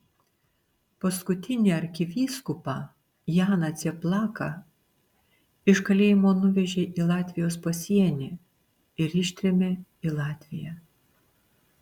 paskutinį arkivyskupą janą cieplaką iš kalėjimo nuvežė į latvijos pasienį ir ištrėmė į latviją